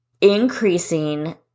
increasing